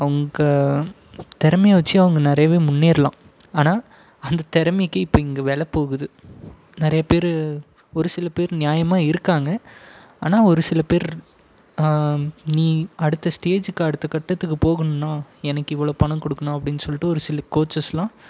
அவங்க திறமைய வச்சு அவங்க நிறையவே முன்னேறலாம் ஆனால் அந்த திறமைக்கி இப்போ இங்கே வெலைப்போகுது நிறைய பேரு ஒரு சில பேர் ஞாயமாக இருக்காங்க ஆனால் ஒரு சில பேர் நீ அடுத்த ஸ்டேஜிக்கு அடுத்த கட்டத்துக்கு போகணுன்னால் எனக்கு இவ்வளோ பணம் கொடுக்கணும் அப்படின் சொல்லிட்டு ஒரு சில கோச்சஸ்லாம்